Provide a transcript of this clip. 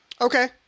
Okay